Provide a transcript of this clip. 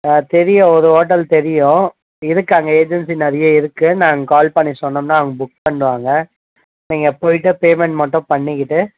தெரியும் ஒரு ஹோட்டல் தெரியும் இருக்குது அங்கே ஏஜென்ஸி நிறைய இருக்குது நாங்கள் கால் பண்ணி சொன்னோம்னால் அவங்க புக் பண்ணிடுவாங்க நீங்கள் போய்விட்டு பேமண்ட் மட்டும் பண்ணிக்கிட்டு